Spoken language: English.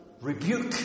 rebuke